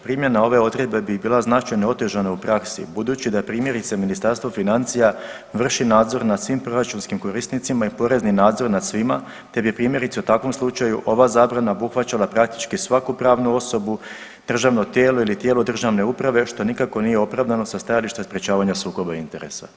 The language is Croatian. Primjena ove odredbe bi bila značajno otežana u praksi budući da primjerice Ministarstvo financija vrši nadzor nad svim proračunskim korisnicima i porezni nadzor nad svima te bi primjerice u takvom slučaju ova zabrana obuhvaćala praktički svaku pravnu osobu, državno tijelo ili tijelo državne uprave što nikako nije opravdano sa stajališta sprječavanja sukoba interesa.